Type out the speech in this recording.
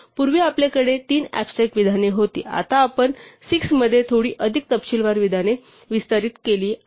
पूर्वी आपल्याकडे तीन ऍबस्ट्रॅक्ट विधाने होती आता आपण 6 मध्ये थोडी अधिक तपशीलवार विधाने विस्तारित केली आहे